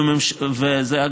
וזה,